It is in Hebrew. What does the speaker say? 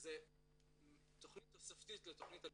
זה תוכנית תוספתית לתוכנית הלימודים.